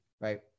right